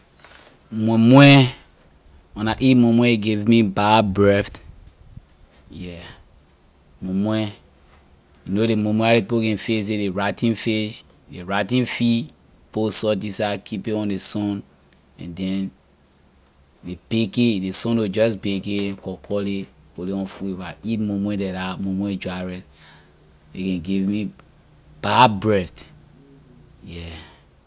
Muimui when I eat muimui it give me bad breath yeah muimui you know ley muimui how ley people can fix it ley rotten fish ley rotten fish put salt inside keep it on ley sun and then ley bake it ley sun will just bake it cut cut ley put ley on food when I eat muimui like dah muimui with dry rice a can give me bad breath yeah.